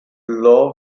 low